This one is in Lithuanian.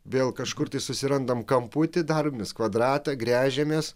vėl kažkur tai susirandam kamputį daromės kvadratą gręžiamės